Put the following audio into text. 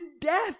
death